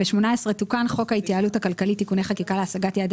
תוקן חוק ההתייעלות הכלכלית (תיקוני חקיקה) להשגת יעדי